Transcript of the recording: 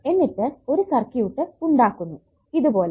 എന്നിട്ട് ഒരു സർക്യൂട്ട് ഉണ്ടാക്കുന്നു ഇത് പോലെ